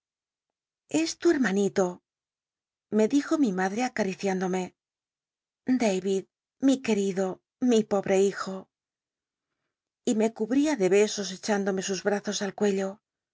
es tu hermanito me dijo mí madre acariciündome dayid mi qucl'ido mi pobre hijo y me cubria de besos echündomc sus hrazos al cuello